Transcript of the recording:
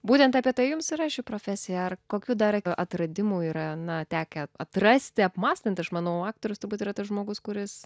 būtent apie tai jums yra ši profesija ar kokių dar atradimų yra na tekę atrasti apmąstant aš manau aktorius turbūt yra tas žmogus kuris